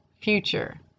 future